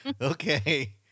Okay